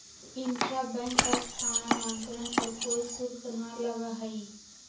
intra bank स्थानांतरण पर कोई शुल्क ना लगा हई